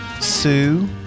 Sue